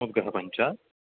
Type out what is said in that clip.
मुद्गः पञ्च